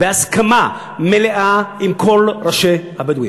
בהסכמה מלאה עם כל ראשי הבדואים.